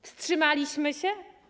Wstrzymaliśmy się?